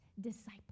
disciple